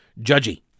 judgy